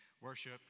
worship